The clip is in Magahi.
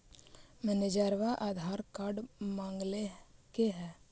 मैनेजरवा आधार कार्ड मगलके हे?